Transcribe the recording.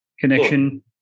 connection